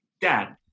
dad